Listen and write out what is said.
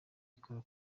ikora